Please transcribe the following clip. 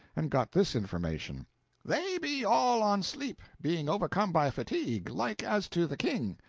and got this information they be all on sleep, being overcome by fatigue, like as to the king.